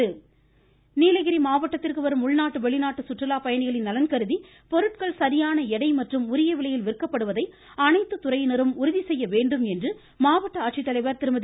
Innocent Divya Nilgiris மாவட்டத்திற்கு வரும் உள்நாட்டு வெளிநாட்டு சுற்றுலாப் பயணிகளின் நலன் கருதி பொருட்கள் சரியான எடை மற்றும் உரிய விலையில் விற்கப்படுவதை அனைத்துத் துறையினரும் உறுதி செய்ய வேண்டும் என்று மாவட்ட ஆட்சித்தலைவா் திருமதி